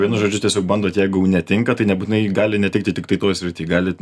vienu žodžiu tiesiog bandot jeigu jau netinka tai nebūtinai gali netikti tiktai toj srity gali